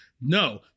No